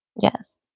Yes